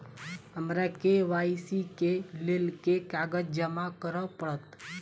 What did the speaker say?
हमरा के.वाई.सी केँ लेल केँ कागज जमा करऽ पड़त?